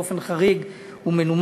באופן חריג ומנומק,